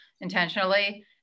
intentionally